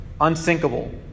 unsinkable